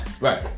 right